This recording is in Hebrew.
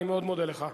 אני מאוד מודה לך.